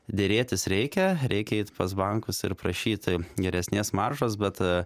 derėtis reikia reikia eiti pas bankus ir prašyti geresnės maržos bet